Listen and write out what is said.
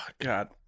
God